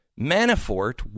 Manafort